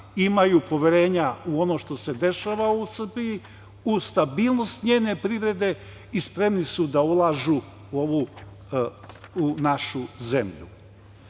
imaju poverenja u ono što se dešava u Srbiji, uz stabilnost njene privrede i spremni su da ulažu u našu